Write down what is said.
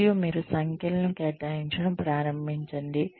మరియు మీరు సంఖ్యలను కేటాయించడం ప్రారంభించండి